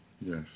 Yes